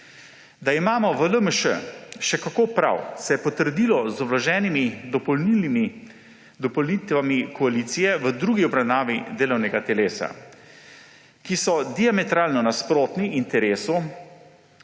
Da imamo v LMŠ še kako prav, se je potrdilo z vloženimi dopolnitvami koalicije v drugi obravnavi delovnega telesa, ki so diametralno nasprotni interesom,